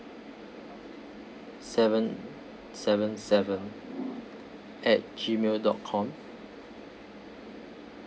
seven seven seven at gmail dot com